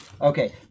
Okay